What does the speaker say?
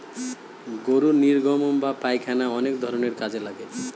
গরুর নির্গমন বা পায়খানা অনেক ধরনের কাজে লাগে